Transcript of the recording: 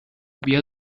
بیا